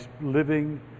living